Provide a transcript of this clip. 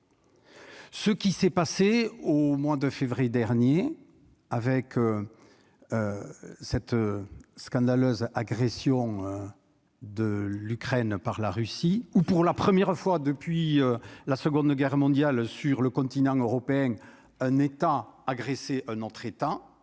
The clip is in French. Ce qui s'est passé au mois de février dernier avec cette scandaleuse agression de l'Ukraine par la Russie ou pour la première fois depuis la Seconde Guerre mondiale, sur le continent européen, un État agressé n'en traitant